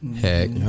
Heck